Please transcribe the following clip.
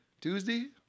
Tuesday